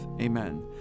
Amen